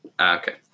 Okay